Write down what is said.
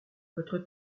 votre